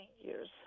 years